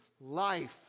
life